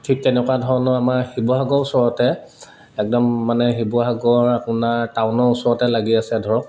ঠিক তেনেকুৱা ধৰণৰ আমাৰ শিৱসাগৰ ওচৰতে একদম মানে শিৱসাগৰ আপোনাৰ টাউনৰ ওচৰতে লাগি আছে ধৰক